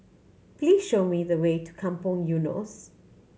please show me the way to Kampong Eunos